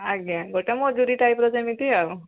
ଆଜ୍ଞା ଗୋଟେ ମଜୁରୀ ଟାଇପ୍ର ଯେମିତି ଆଉ